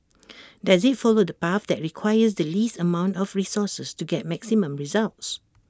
does IT follow the path that requires the least amount of resources to get maximum results